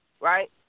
right